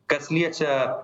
kas liečia